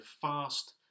fast